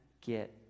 get